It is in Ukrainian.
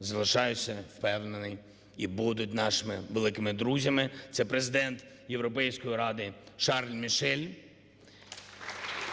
залишаються, впевнений, і будуть нашими великими друзями. Це Президент Європейської Ради Шарль Мішель і